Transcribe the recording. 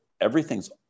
everything's